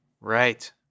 right